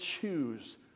choose